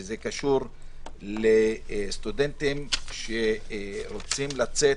וזה קשור לסטודנטים שרוצים לצאת